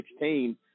2016